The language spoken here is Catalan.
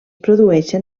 produeixen